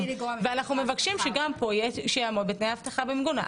אנחנו מבקשים שגם כאן יעמוד בתנאי האבטחה והמיגון.